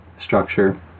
structure